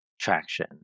traction